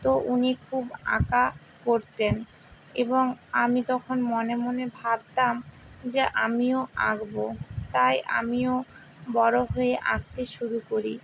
তো উনি খুব আঁকা করতেন এবং আমি তখন মনে মনে ভাবতাম যে আমিও আঁকবো তাই আমিও বড়ো হয়ে আঁকতে শুরু করি